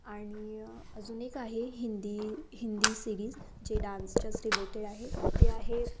आणि अजून एक आहे हिंदी हिंदी सिरीज जे डान्सच्याच रिलेटेड आहे ते आहे